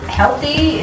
healthy